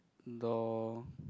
door